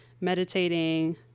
meditating